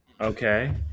Okay